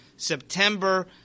September